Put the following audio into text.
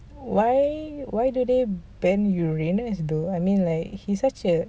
why why do they ban uranus though I mean like he's such a